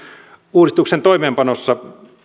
uudistuksen toimeenpanossa